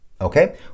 Okay